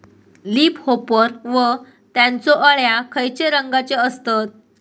Leaf hopper व त्यानचो अळ्या खैचे रंगाचे असतत?